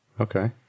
Okay